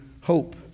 hope